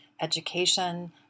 Education